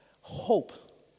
hope